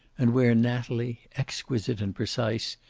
and where natalie, exquisite and precise,